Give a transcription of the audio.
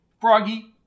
Froggy